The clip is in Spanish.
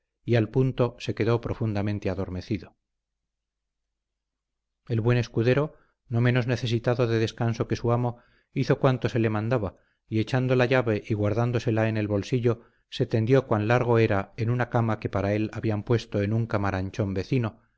y al punto se quedó profundamente adormecido el buen escudero no menos necesitado de descanso que su amo hizo cuanto se le mandaba y echando la llave y guardándosela en el bolsillo se tendió cuán largo era en una cama que para él habían puesto en un caramanchón vecino